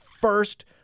first